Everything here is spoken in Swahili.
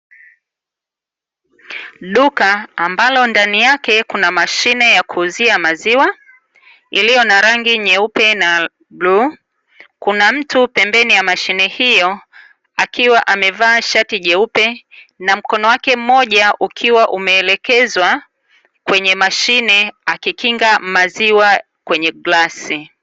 Duka ambalo ndani yake kunamashine ya kuuzia maziwa, iliyo na rangi nyeupe na bluu. Kuna mtu pembeni ya mashine hiyo akiwa amevaa shati jeupe na mkono wake mmoja ukiwa umeelekezwa kwenye mashine akikinga maziwa kwenye glasi .